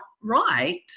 right